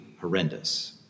horrendous